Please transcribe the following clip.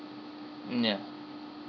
mm ya